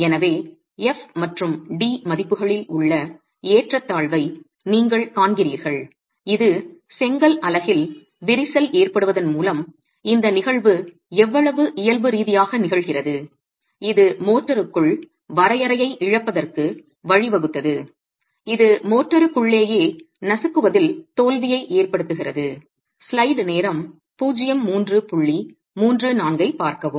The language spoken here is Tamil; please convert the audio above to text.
எனவே F மற்றும் D மதிப்புகளில் உள்ள ஏற்றத்தாழ்வை நீங்கள் காண்கிறீர்கள் இது செங்கல் அலகில் விரிசல் ஏற்படுவதன் மூலம் இந்த நிகழ்வு எவ்வளவு இயல்பு ரீதியாக நிகழ்கிறது இது மோர்ட்டாருக்குள் வரையறையை இழப்பதற்கு வழிவகுத்தது இது மோர்ட்டாருகுள்ளேயே நசுக்குவதில் தோல்வியை ஏற்படுத்துகிறது